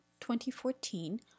2014